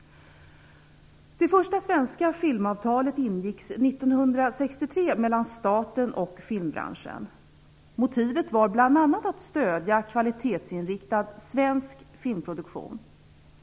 Det första svenska filmavtalet ingicks 1963 mellan staten och filmbranschen. Motivet var bl.a. att stödja kvalitetsinriktad svensk filmproduktion.